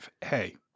Hey